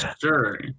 Sure